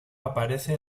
aparece